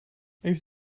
heeft